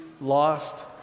lost